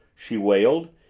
she wailed.